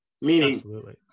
Meaning